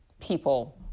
people